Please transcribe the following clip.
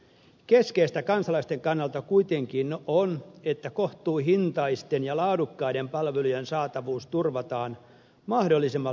keskeistä kansalaisten kannalta kuitenkin on että kohtuuhintaisten ja laadukkaiden palvelujen saatavuus turvataan mahdollisimman lähellä asukkaita